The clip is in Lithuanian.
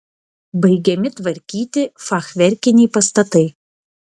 baigiami tvarkyti fachverkiniai pastatai